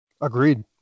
Agreed